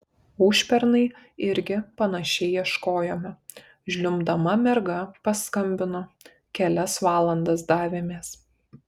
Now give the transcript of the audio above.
užpernai irgi panašiai ieškojome žliumbdama merga paskambino kelias valandas davėmės